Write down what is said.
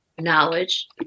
knowledge